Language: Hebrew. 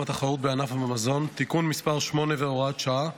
התחרות בענף המזון (תיקון מס' 8 והוראת שעה),